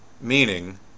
meaning